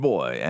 Boy